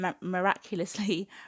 miraculously